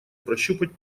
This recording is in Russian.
прощупать